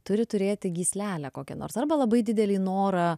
turi turėti gyslelę kokią nors arba labai didelį norą